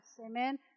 Amen